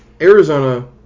Arizona